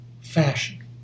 fashion